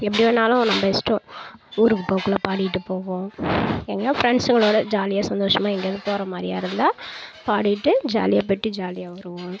எப்படி வேண்ணாலும் நம்ம இஷ்டம் ஊருக்கு போகக்குள்ள பாடிகிட்டு போவோம் எங்கேயா ஃபிரெண்ஸுங்களோடு ஜாலியாக சந்தோஷமாக எங்கேயாவது போகிற மாதிரியாருந்தா பாடிகிட்டு ஜாலியாக போய்விட்டு ஜாலியாக வருவோம்